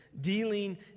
Dealing